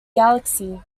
galaxy